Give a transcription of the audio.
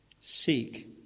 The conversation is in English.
Seek